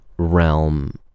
realm